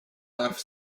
darf